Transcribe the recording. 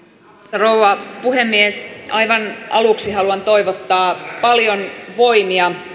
rouva puhemies aivan aluksi haluan toivottaa paljon voimia